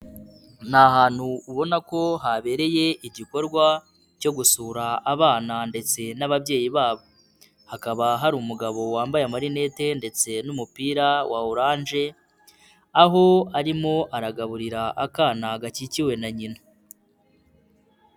Ni ahantu ubona ko habereye igikorwa cyo gusura abana ndetse n'ababyeyi babo. Hakaba hari umugabo wambaye amarinete ndetse n'umupira wa oranje, aho arimo aragaburira akana gakikiwe na nyina.